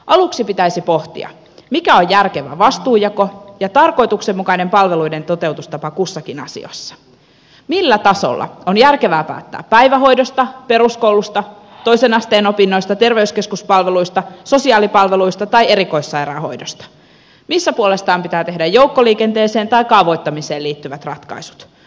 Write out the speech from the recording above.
aluksi pitäisi pohtia mikä on järkevä vastuunjako ja tarkoituksenmukainen palveluiden toteutustapa kussakin asiassa millä tasolla on järkevää päättää päivähoidosta peruskoulusta toisen asteen opinnoista terveyskeskuspalveluista sosiaalipalveluista tai erikoissairaanhoidosta missä puolestaan pitää tehdä joukkoliikenteeseen tai kaavoittamiseen liittyvät ratkaisut